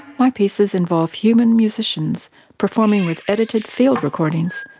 my pieces involve human musicians performing with edited field recordings,